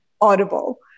Audible